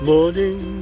Morning